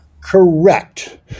Correct